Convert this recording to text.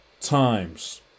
times